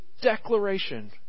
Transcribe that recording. declaration